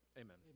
Amen